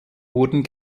wurden